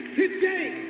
today